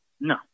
No